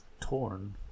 torn